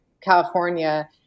California